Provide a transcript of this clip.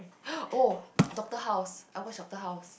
oh Doctor House I watch Doctor House